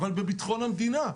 אבל בביטחון המדינה,